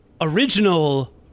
original